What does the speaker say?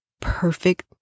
perfect